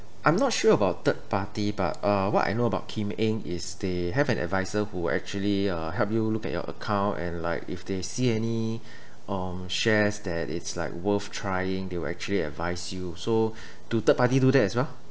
I'm not sure about third party but uh what I know about kim eng is they have an advisor who actually uh help you look at your account and like if they see any um shares that it's like worth trying they will actually advise you so do third party do that as well